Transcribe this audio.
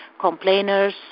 complainers